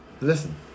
Listen